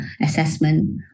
assessment